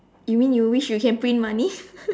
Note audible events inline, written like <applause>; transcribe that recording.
you mean you wish you can print money <breath>